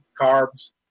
carbs